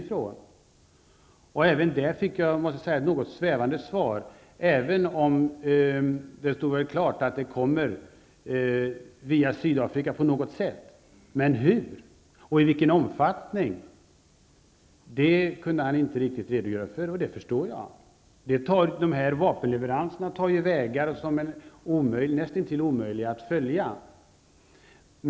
Även på den punkten fick jag, måste jag säga ett något svävande svar, även om det stod klart att de på något sätt kommer via Sydafrika. Men hur och i vilken omfattning kunde han inte riktigt redogöra för, och det förstår jag. De här vapenleveranserna tar vägar som är näst intill omöjliga att följa.